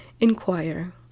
Inquire